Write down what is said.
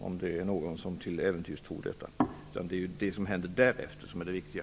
Jag påpekar det om det till äventyrs är någon som tror det. Det som händer efter upparbetningen är det viktiga.